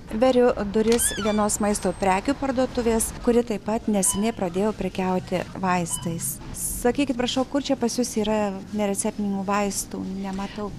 veriu duris vienos maisto prekių parduotuvės kuri taip pat neseniai pradėjo prekiauti vaistais sakykit prašau kur čia pas jus yra nereceptinių vaistų nematau